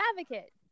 Advocate